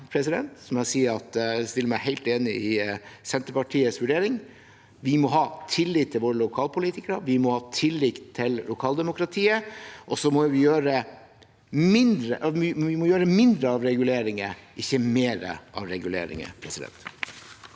jeg si meg helt enig med Senterpartiets vurdering: Vi må ha tillit til våre lokalpolitikere, vi må ha tillit til lokaldemokratiet – og så må vi ha mindre av reguleringer, ikke mer. Birgit Oline